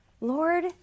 Lord